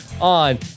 on